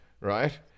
right